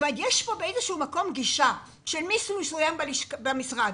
באיזשהו מקום יש גישה של מישהו מסוים במשרד,